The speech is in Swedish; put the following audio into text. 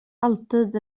alltid